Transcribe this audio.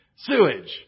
Sewage